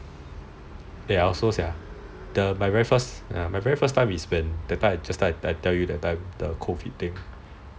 eh I also sia my very first time is when I just tell you that time the COVID thing